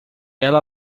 ela